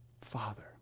Father